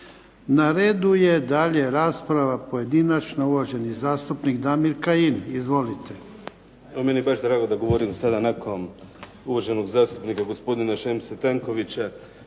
Na redu je dalje rasprava pojedinačna, uvaženi zastupnik Damir Kajin. Izvolite. **Kajin, Damir (IDS)** Evo meni je baš drago da govorim sada nakon uvaženog zastupnika, gospodina Šemse Tankovića,